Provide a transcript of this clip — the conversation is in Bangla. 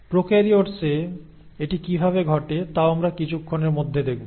প্রোকারিয়োটস এ এটি কিভাবে ঘটে তাও আমরা কিছুক্ষণের মধ্যে দেখব